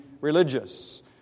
religious